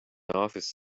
office